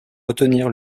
retenir